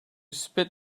spit